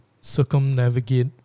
circumnavigate